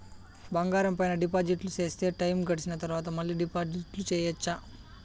బంగారం పైన డిపాజిట్లు సేస్తే, టైము గడిసిన తరవాత, మళ్ళీ డిపాజిట్లు సెయొచ్చా?